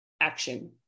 action